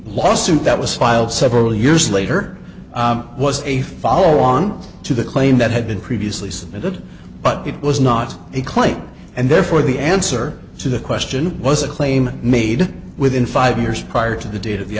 lawsuit that was filed several years later was a follow on to the claim that had been previously submitted but it was not a claim and therefore the answer to the question was a claim made within five years prior to the date of the